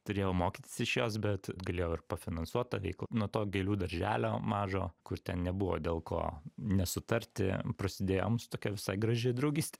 turėjau mokytis iš jos bet galėjau ir pafinansuot tą veiklą nuo to gėlių darželio mažo kur ten nebuvo dėl ko nesutarti prasidėjo mūsų tokia visai graži draugystė